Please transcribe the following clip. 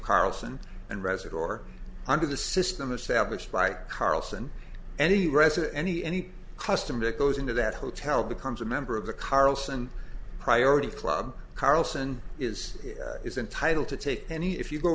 carlson and resit or under the system established by carlson any reza any any customer that goes into that hotel becomes a member of the carlson priority club carlson is here is entitled to take any if you go